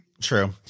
True